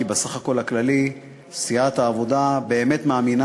כי בסך הכול הכללי סיעת העבודה באמת מאמינה